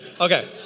Okay